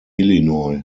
illinois